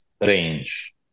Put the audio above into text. range